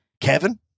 Kevin